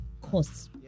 costs